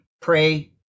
Pray